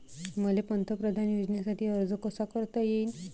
मले पंतप्रधान योजनेसाठी अर्ज कसा कसा करता येईन?